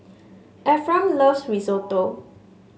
Ephraim loves Risotto